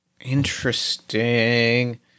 interesting